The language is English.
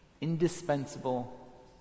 indispensable